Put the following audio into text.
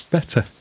Better